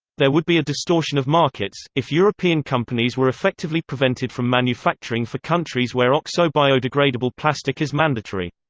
there would be a distortion of markets, if european companies were effectively prevented from manufacturing for countries where oxo-biodegradable plastic is mandatory.